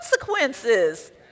consequences